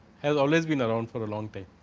have always been around for a long